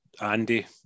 Andy